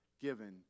given